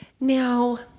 now